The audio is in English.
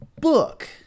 book